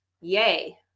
Yay